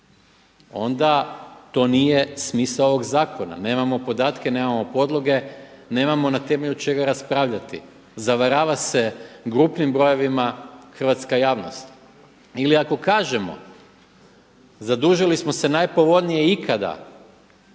onda to nije smisao ovog zakona, nemamo podatke, nemamo podloge, nemamo na temelju čega raspravljati. Zavarava se grupnim brojevima hrvatska javnost. Ili ako kažemo zadužili smo se najpovoljnije ikada